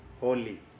holy